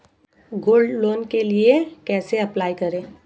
Gold loan के लिए कैसे अप्लाई करें?